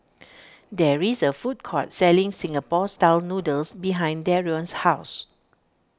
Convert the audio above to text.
there is a food court selling Singapore Style Noodles behind Darion's house